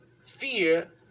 fear